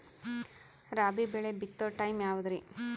ರಾಬಿ ಬೆಳಿ ಬಿತ್ತೋ ಟೈಮ್ ಯಾವದ್ರಿ?